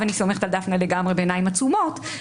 ואני סומכת על דפנה לגמרי בעיניים עצומות,